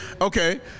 okay